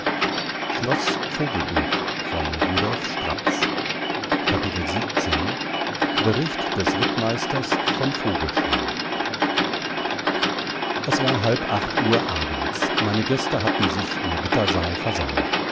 bericht des rittmeisters von vogelschrey es war halb acht uhr abends meine gäste hatten sich im rittersaal versammelt